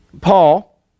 Paul